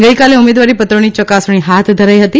ગઈકાલે ઉમેદવારીપત્રોની ચકાસણી હાથ ધરી હતી